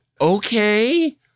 okay